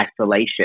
isolation